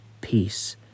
peace